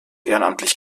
ehrenamtlich